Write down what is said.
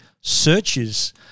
searches